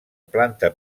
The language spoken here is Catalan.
planta